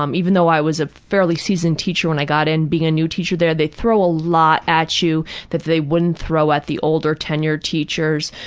um even though i was a fairly seasoned teacher when i got in. being a new teacher there, they throw a lot at you that they wouldn't throw at the older, tenured teachers.